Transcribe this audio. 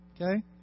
Okay